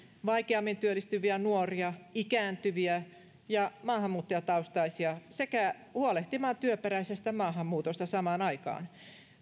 vaikeammin työllistyviä nuoria ikääntyviä ja maahanmuuttajataustaisia sekä huolehtimaan työperäisestä maahanmuutosta samaan aikaan